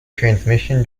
transmission